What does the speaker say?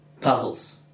Puzzles